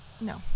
no